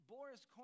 Boris